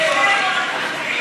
לא הייתה יהודית קודם?